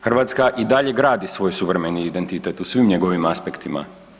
Hrvatska i dalje gradi svoj suvremeni identitet u svim njegovim aspektima.